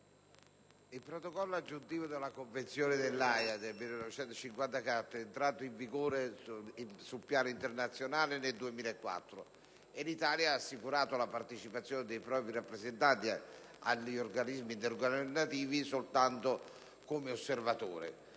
il Protocollo aggiuntivo della Convenzione dell'Aja del 1954 è entrato in vigore sul piano internazionale nel 2004 e l'Italia ha assicurato la partecipazione dei propri rappresentanti agli organismi intergovernativi soltanto come osservatore.